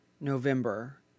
November